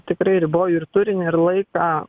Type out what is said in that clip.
tikrai riboju ir turinį ir laiką